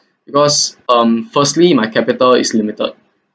because um firstly my capital is limited